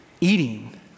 eating